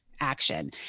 action